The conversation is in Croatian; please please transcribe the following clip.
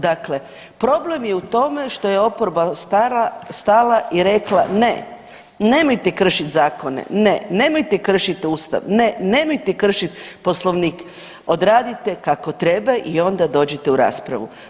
Dakle, problem je u tome što je oporba stala i rekla ne, nemojte kršiti zakone, ne nemojte kršiti Ustav, ne nemojte kršit Poslovnik, odradite kako treba i onda dođite u raspravu.